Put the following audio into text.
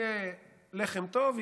יהיה לחם טוב,